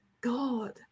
God